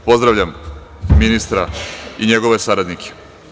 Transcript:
Pozdravljam ministra i njegove saradnike.